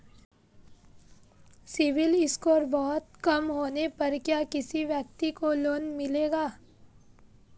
CIBIL score बहुत कम होने पर क्या किसी व्यक्ति को लोंन मिलेगा?